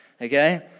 okay